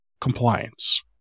compliance